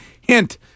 Hint